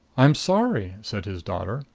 i'm sorry, said his daughter.